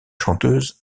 chanteuse